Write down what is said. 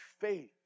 faith